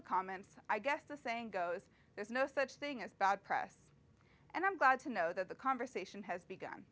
the comments i guess the saying goes there's no such thing as bad press and i'm glad to know that the conversation has begun